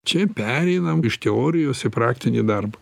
čia pereinam iš teorijos į praktinį darbą